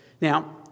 Now